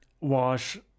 wash